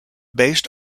based